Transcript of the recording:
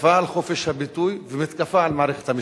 מתקפה על חופש הביטוי ומתקפה על מערכת המשפט.